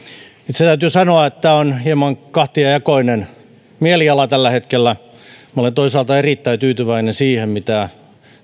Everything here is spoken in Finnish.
täytyy sanoa että on hieman kahtiajakoinen mieliala tällä hetkellä olen toisaalta erittäin tyytyväinen siihen mitä